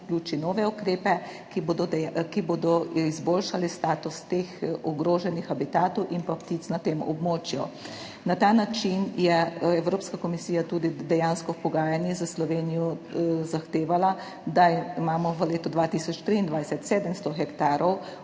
vključi nove ukrepe, ki bodo izboljšali status teh ogroženih habitatov in ptic na tem območju. Na ta način je Evropska komisija dejansko tudi v pogajanjih s Slovenijo zahtevala, da imamo v letu 2023 700 hektarov